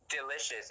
Delicious